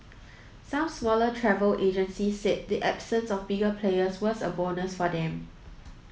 some smaller travel agencies said the absence of bigger players was a bonus for them